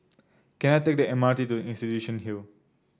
can I take the M R T to Institution Hill